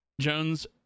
Jones